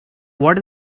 what